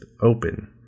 open